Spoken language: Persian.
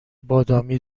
بادامی